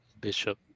Bishop